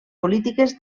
polítiques